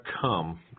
come